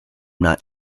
not